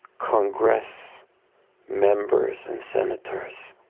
congress members, and senators.